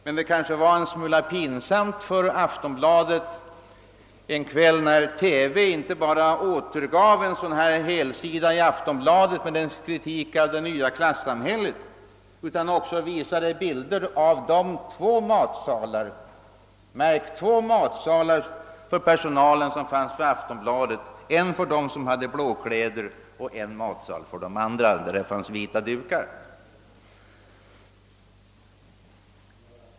Förmodligen var det en smula pinsamt för tidningen när TV en kväll inte bara återgav en sådan helsida med kritik av det nya klassamhället utan också visade bilder av de — märk väl — två matsalar för personalen som finns på Aftonbladet, en för dem som har blåkläder och en med vita dukar för de andra.